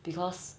because